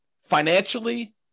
financially